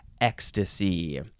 ecstasy